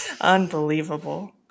Unbelievable